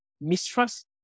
mistrust